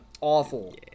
awful